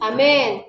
Amen